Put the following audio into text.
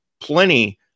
plenty